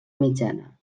mitjana